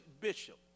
Bishop